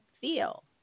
feel